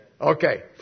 Okay